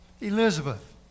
Elizabeth